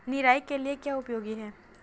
निराई के लिए क्या उपयोगी है?